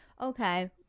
okay